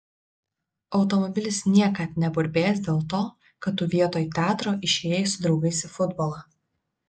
automobilis niekad neburbės dėl to kad tu vietoj teatro išėjai su draugais į futbolą